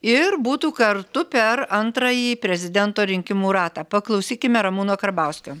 ir būtų kartu per antrąjį prezidento rinkimų ratą paklausykime ramūno karbauskio